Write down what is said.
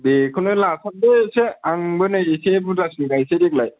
बेखौनो लासाबदो एसे आंबो नै एसे बुरजासिन गाइनोसै देग्लाय